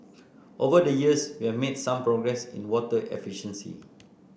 over the years we have made some progress in water efficiency